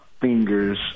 fingers